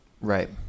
Right